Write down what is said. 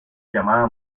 llamada